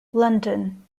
london